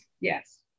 Yes